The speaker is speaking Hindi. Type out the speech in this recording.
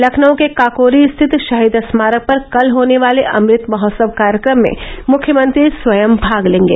लखनऊ के काकोरी स्थित शहीद स्मारक पर कल होने वाले अमृत महोत्सव कार्यक्रम में मुख्यमंत्री स्वयं भाग लेंगे